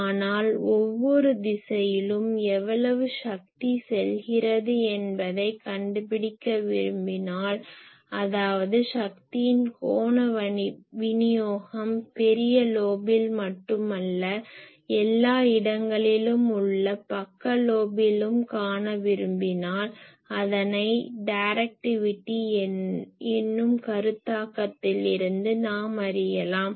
ஆனால் ஒவ்வொரு திசையிலும் எவ்வளவு சக்தி செல்கிறது என்பதைக் கண்டுபிடிக்க விரும்பினால் அதாவது சக்தியின் கோண விநியோகம் பெரிய லோபில் மட்டுமல்ல எல்லா இடங்களில் உள்ள பக்க லோபிலும் காண விரும்பினால் அதனை டைரக்டிவிட்டி என்னும் கருத்தாக்கத்திலிருந்து நாம் அறியலாம்